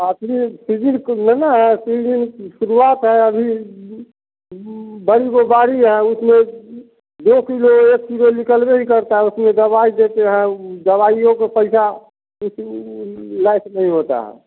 काफ़ी कुछ लेना है की शुरुआत है अभी बंद है उसमें दो कीलो एक कीलो निकलबे ही करता है उसमें दवाई देते हैं ऊ दवाइयों को पइसा उसी नहीं होता है